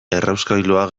errauskailua